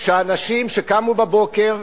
של אנשים שקמו בבוקר,